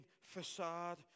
facade